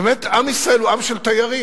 באמת עם ישראל הוא עם של תיירים,